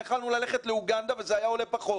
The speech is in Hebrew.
יכלנו ללכת לאוגנדה וזה היה עולה פחות.